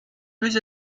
plus